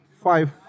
five